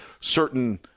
certain –